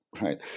right